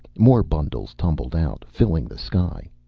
more bundles tumbled out, filling the sky.